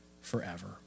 forever